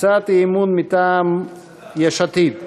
הצעת אי-אמון מטעם יש עתיד: